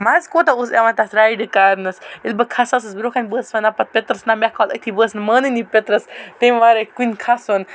مَزٕ کوتاہ اوس یِوان تتھ رایڈٕ کرنَس ییٚلہِ بہٕ کھَسان ٲسس برونٛہہ کنہ بہٕ ٲسس ونان پَتہٕ پترَس نہ مےٚ کھال أتتھی بہٕ ٲسس نہٕ مانٲنی پترَس تمہ وَرٲے کُنہ کھَسُن